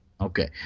Okay